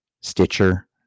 Stitcher